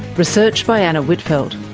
research by anna whitfeld,